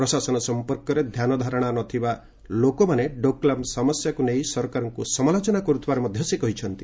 ପ୍ରଶାସନ ସଂପର୍କରେ ଧ୍ୟାନ ଧାରଣା ନଥିବା ଲୋକମାନେ ଡୋକଲାମ୍ ସମସ୍ୟାକୁ ନେଇ ସରକାରଙ୍କୁ ସମାଲୋଚନା କରୁଥିବା ସେ କହିଛନ୍ତି